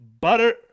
Butter